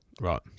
Right